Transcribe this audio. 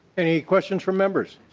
any questions for members?